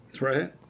Right